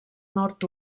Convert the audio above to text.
nord